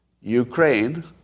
Ukraine